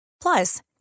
Plus